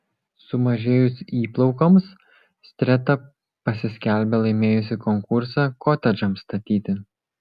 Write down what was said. sumažėjus įplaukoms streta pasiskelbė laimėjusi konkursą kotedžams statyti